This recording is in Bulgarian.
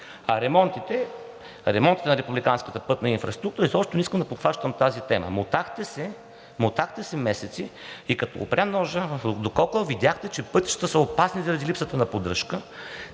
А ремонтите на републиканската пътна инфраструктура – изобщо не искам да подхващам тази тема. Мотахте се месеци и като опря ножа до кокал, видяхте, че пътищата са опасни заради липсата на поддръжка.